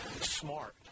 smart